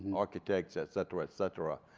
and architects, et cetera, et cetera,